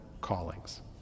callings